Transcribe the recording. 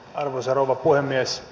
arvoisa rouva puhemies